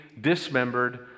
dismembered